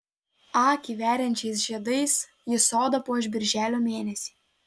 akį veriančiais žiedais ji sodą puoš birželio mėnesį